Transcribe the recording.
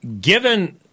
Given